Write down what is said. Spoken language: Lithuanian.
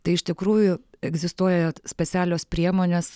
tai iš tikrųjų egzistuoja specialios priemonės